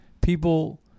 people